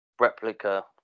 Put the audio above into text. replica